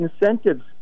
incentives